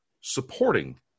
supporting